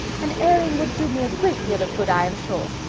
an airing would do me a great deal of good, i am sure.